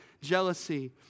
jealousy